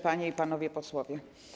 Panie i Panowie Posłowie!